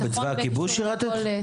אה בצבא הכיבוש שרתת?